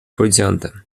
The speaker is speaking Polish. policjantem